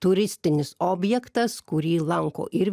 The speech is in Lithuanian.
turistinis objektas kurį lanko ir